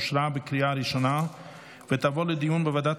אושרה בקריאה הראשונה ותעבור לדיון בוועדת